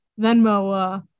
Venmo